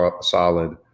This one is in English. solid